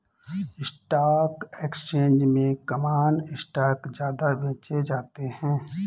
stock exchange में common stock ज्यादा बेचे जाते है